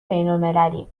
بینالمللی